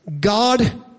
God